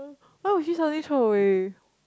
why would she suddenly throw away